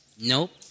Nope